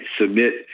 submit